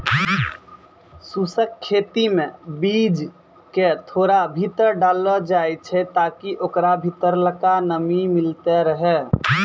शुष्क खेती मे बीज क थोड़ा भीतर डाललो जाय छै ताकि ओकरा भीतरलका नमी मिलतै रहे